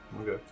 Okay